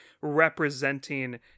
representing